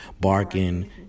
Barking